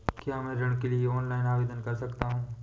क्या मैं ऋण के लिए ऑनलाइन आवेदन कर सकता हूँ?